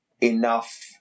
enough